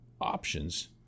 options